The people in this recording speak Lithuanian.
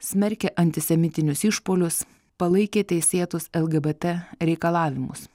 smerkė antisemitinius išpuolius palaikė teisėtus lgbt reikalavimus